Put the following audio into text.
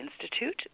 institute